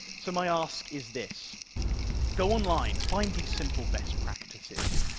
so my ask is this go online, find these simple best practices,